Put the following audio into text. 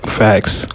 facts